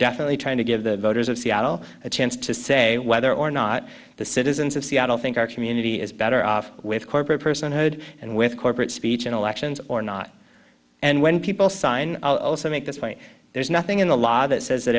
definitely trying to give the voters of seattle a chance to say whether or not the citizens of seattle think our community is better off with corporate personhood and with corporate speech in elections or not and when people sign i'll also make this point there's nothing in the law that says that